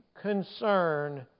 concern